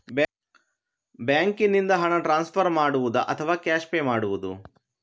ಬ್ಯಾಂಕಿನಿಂದ ಹಣ ಟ್ರಾನ್ಸ್ಫರ್ ಮಾಡುವುದ ಅಥವಾ ಕ್ಯಾಶ್ ಪೇ ಮಾಡುವುದು?